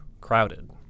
crowded